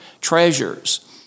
treasures